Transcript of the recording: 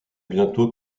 bientôt